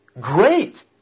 Great